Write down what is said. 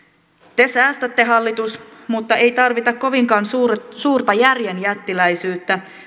te säästätte hallitus mutta ei tarvita kovinkaan suurta suurta järjen jättiläisyyttä